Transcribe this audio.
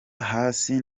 hasi